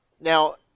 Now